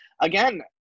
again